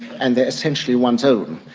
and they're essentially one's own,